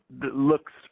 looks